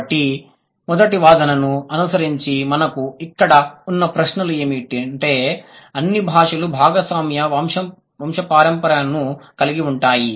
కాబట్టి మొదటి వాదనను అనుసరించి మనకు ఇక్కడ ఉన్న ప్రశ్నలు ఏమిటంటే అన్ని భాషలు భాగస్వామ్య వంశపారంపర్యంను కలిగివుంటాయి